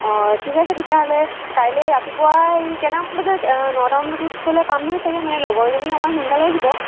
অঁ ঠিক আছে তেতিয়াহ'লে কাইলৈ ৰাতিপুৱাই কেইটামান বজাত নটামান বজাত গ'লে পাম নহয় চাগে মানে লগৰজনী অকমান সোনকালে আহিব